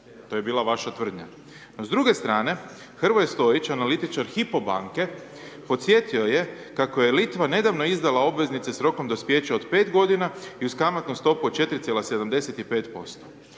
to je bila vaša tvrdnja. No, s druge strane, Hrvoje Stojić, analitičar Hypo banke podsjetio je kako je Litva nedavno izdala obveznice s rokom dospijeća od 5 godina i uz kamatnu stopu od 4,75%.